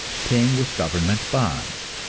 paying with government bonds.